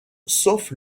sauf